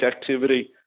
activity